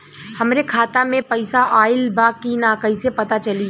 हमरे खाता में पैसा ऑइल बा कि ना कैसे पता चली?